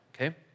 okay